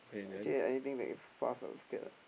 actually anything that is fast I scared ah